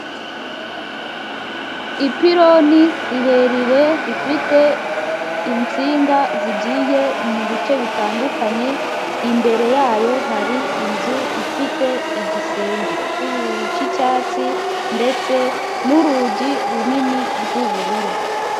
Ipironi rirerire rifite insinga zigiye mu bice bitandukanye imbere yayo hari inzu ifite igisenge cy'icyatsi ndetse n'urugi runini rw'ubururu.